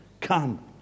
Come